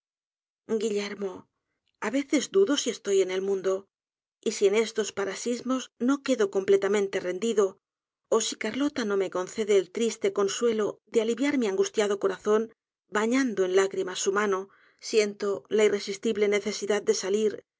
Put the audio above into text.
desorden guillermo aveces dudo si estoy en el mundo y si en estos parasismos no quedo completamente rendido ó si carlota no me concede el triste consuelo de aliviar mi angustiado corazón bañando en lágrimas su mano siento la irresistible necesidad de salir